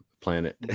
planet